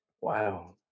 Wow